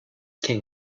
king